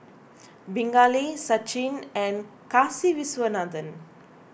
Pingali Sachin and Kasiviswanathan